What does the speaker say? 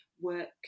work